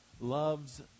loves